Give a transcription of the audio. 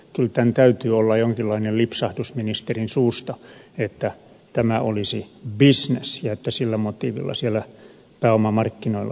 kyllä tämän täytyy olla jonkinlainen lipsahdus ministerin suusta että tämä olisi bisnes ja että sillä motiivilla siellä pääomamarkkinoilla liikuttaisiin